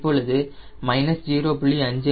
இப்பொழுது மைனஸ் 0